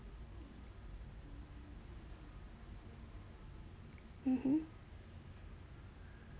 mmhmm